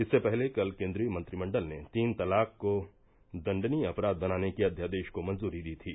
इससे पहले कल केंद्रीय मंत्रिमंडल ने तीन तलाक को दण्डनीय अपराध बनाने के अध्यादेश को मंजूरी दी थी